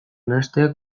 nahastea